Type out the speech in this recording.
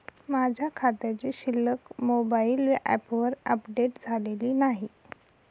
माझ्या खात्याची शिल्लक मोबाइल ॲपवर अपडेट झालेली नाही